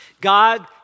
God